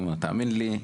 תאמין לי,